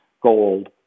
gold